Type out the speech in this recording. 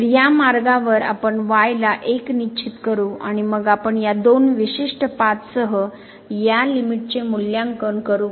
तर या मार्गावर आपण y ला 1 निश्चित करू आणि मग आपण या दोन विशिष्ट पाथ सह या लिमिट चे मूल्यांकन करू